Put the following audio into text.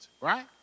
Right